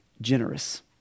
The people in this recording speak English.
generous